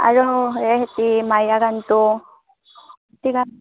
আৰু সেইহেতি মায়া গানটো সেই গান